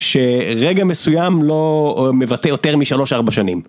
שרגע מסוים לא מבטא יותר משלוש ארבע שנים.